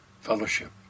Fellowship